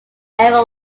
ever